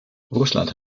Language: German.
russland